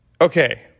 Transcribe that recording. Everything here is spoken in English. okay